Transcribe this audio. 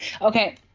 Okay